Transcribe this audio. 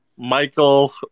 Michael